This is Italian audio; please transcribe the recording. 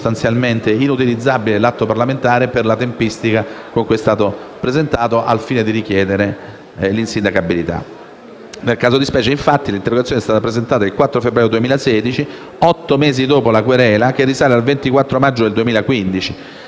sostanzialmente inutilizzabile l'atto parlamentare per via della tempistica in cui è stato presentato al fine di richiedere l'insindacabilità. Nel caso di specie, infatti, l'interrogazione è stata depositata il 4 febbraio 2016, otto mesi dopo la querela che risale al 24 maggio del 2015.